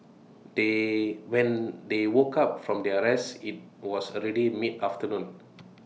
they when they woke up from their rest IT was already midafternoon